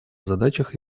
задачах